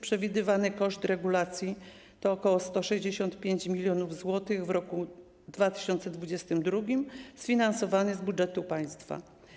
Przewidywany koszt regulacji to ok. 165 mln zł w roku 2022, sfinansowany z budżetu państwa.